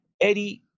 Eddie